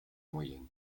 moyenne